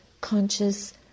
conscious